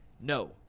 No